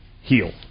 heal